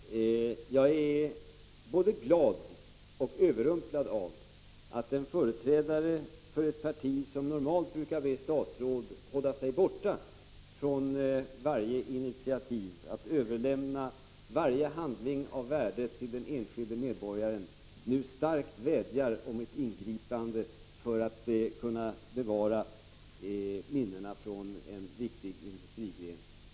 Herr talman! Jag är både glad och överrumplad över att en företrädare för ett parti som normalt brukar be statsråd hålla sig borta från varje initiativ och överlämna varje handling av värde till den enskilde medborgaren nu starkt vädjar om ett ingripande för att kunna bevara minnena från en viktig industrigren.